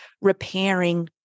repairing